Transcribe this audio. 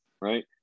right